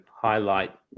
highlight